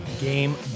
Game